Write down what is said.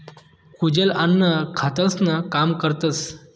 कुजेल अन्न खतंसनं काम करतस